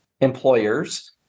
employers